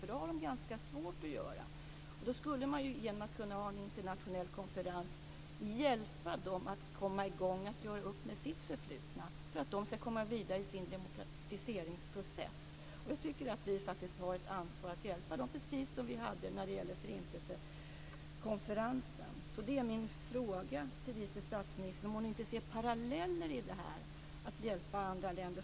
Det har de ganska svårt att göra. Då skulle man genom att ha en internationell konferens hjälpa dem att komma i gång att göra upp med sitt förflutna så att de ska komma vidare i sin demokratiseringsprocess. Jag tycker att vi faktiskt har ett ansvar att hjälpa dem precis som vi hade när det gällde Förintelsekonferensen. Min fråga till vice statsministern är om hon inte ser paralleller i detta att hjälpa andra länder.